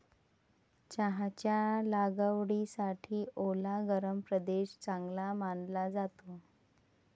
चहाच्या लागवडीसाठी ओला गरम प्रदेश चांगला मानला जातो